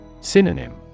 Synonym